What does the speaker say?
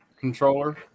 controller